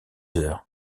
heures